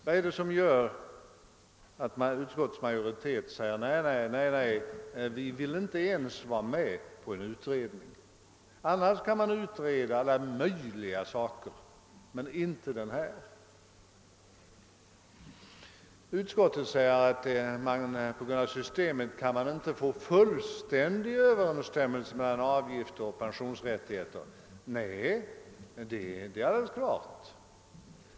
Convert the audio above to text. Vad är det som gör att utskottets: majoritet inte ens vill gå med på att tillsätta en utredning? Annars kan man utreda alla möjliga saker — men inte denna. Utskottet skriver att på grund av systemet går det inte att få överensstämmelse mellan avgifter och pensionsrät tigheter. Nej, det är alldeles klart.